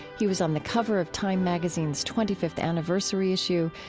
he was on the cover of time magazine's twenty fifth anniversary issue.